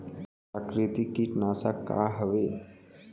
प्राकृतिक कीटनाशक का हवे?